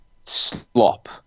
slop